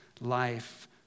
life